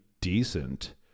decent